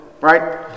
Right